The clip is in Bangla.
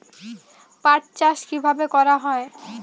পাট চাষ কীভাবে করা হয়?